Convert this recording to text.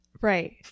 Right